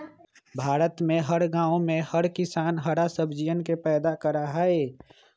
भारत में हर गांव में हर किसान हरा सब्जियन के पैदा करा हई